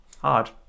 Hard